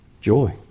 joy